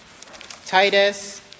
Titus